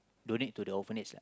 donate to the orphanage lah